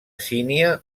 sínia